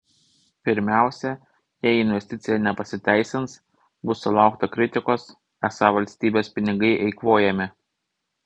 pirmiausia jei investicija nepasiteisins bus sulaukta kritikos esą valstybės pinigai eikvojami